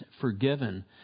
forgiven